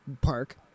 Park